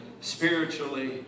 spiritually